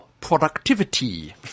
productivity